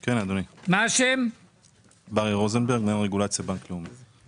אני מנהל רגולציה בבנק לאומי.